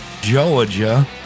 Georgia